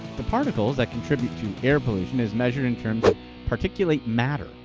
the particles that contribute to air pollution is measured in terms of particulate matter.